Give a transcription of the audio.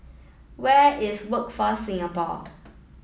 where is Workforce Singapore